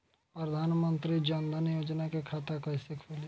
प्रधान मंत्री जनधन योजना के खाता कैसे खुली?